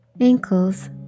ankles